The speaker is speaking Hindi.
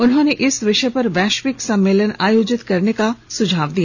उन्होंने इस विषय पर वैश्विक सम्मेलन आयोजित करने का सुझाव दिया